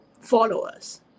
followers